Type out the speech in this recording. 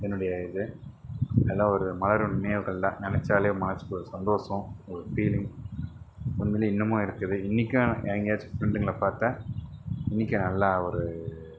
என்னுடைய இது எல்லாம் ஒரு மலரும் நினைவுகள் தான் நினச்சாலே மனதுக்கு ஒரு சந்தோஷம் ஒரு ஃபீலிங் உண்மையிலே இன்னமும் இருக்குது இன்னிக்கும் எங்கேயாச்சும் ஃபிரண்டுங்களை பார்த்தா இன்னிக்கும் நல்லா ஒரு